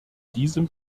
diesem